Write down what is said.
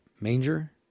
manger